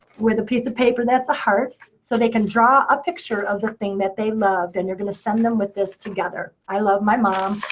with a piece of paper that's a heart. so they can draw a picture of the thing that they love. and you're going to send them with this together. i love my mom.